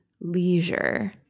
leisure